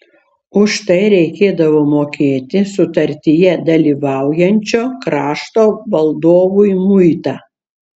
už tai reikėdavo mokėti sutartyje dalyvaujančio krašto valdovui muitą